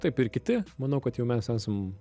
taip ir kiti manau kad jau mes esam